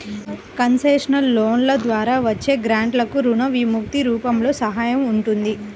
concessional లోన్ల ద్వారా వచ్చే గ్రాంట్లకు రుణ విముక్తి రూపంలో సహాయం ఉంటుంది